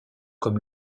comme